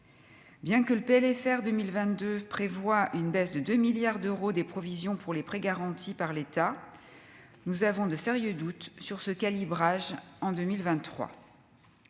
bien que le PLFR 2022 prévoit une baisse de 2 milliards d'euros des provisions pour les prêts garantis par l'État, nous avons de sérieux doutes sur ce calibrage en 2023